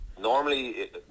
normally